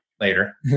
later